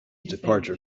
departure